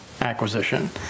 acquisition